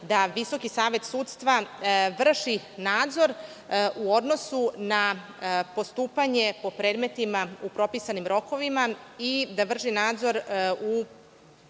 da Visoki savet sudstva vrši nadzor u odnosu na postupanje po predmetima u propisanim rokovima i da vrši nadzor u